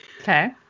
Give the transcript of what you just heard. Okay